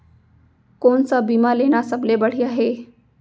कोन स बीमा लेना सबले बढ़िया हे?